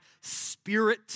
spirit